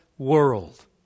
World